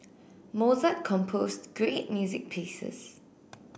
Mozart composed great music pieces